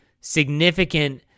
significant